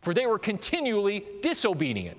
for they were continually disobedient